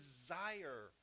desire